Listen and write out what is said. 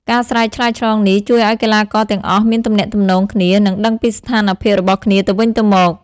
ការស្រែកឆ្លើយឆ្លងនេះជួយឲ្យកីឡាករទាំងអស់មានទំនាក់ទំនងគ្នា និងដឹងពីស្ថានភាពរបស់គ្នាទៅវិញទៅមក។